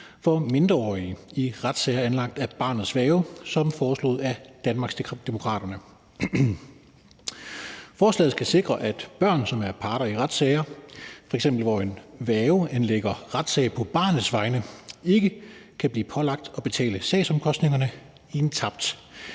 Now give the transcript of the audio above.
for mindreårige i retssager anlagt af barnets værge som foreslået af Danmarksdemokraterne. Forslaget skal sikre, at børn, som er parter i retssager, f.eks. hvor en værge anlægger retssag på barnets vegne, ikke kan blive pålagt at betale sagsomkostningerne i en tabt